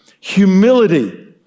Humility